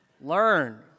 learn